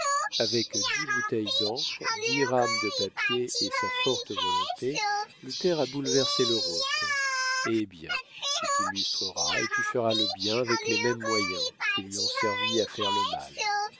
avec dix bouteilles d'encre dix rames de papier et sa forte volonté luther a bouleversé l'europe eh bien tu t'illustreras et tu feras le bien avec les mêmes moyens qui lui ont servi à faire le mal